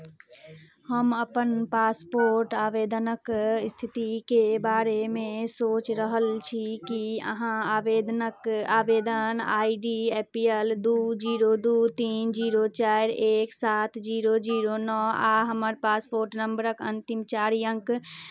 हम अपन पासपोर्ट आवेदनक स्थितिके बारेमे सोचि रहल छी की अहाँ आवेदनक आवेदन I D A P L दू जीरो दू तीन जीरो चारि एक सात जीरो जीरो नओ आ हमर पासपोर्ट नम्बरक अन्तिम चारि अंङ्क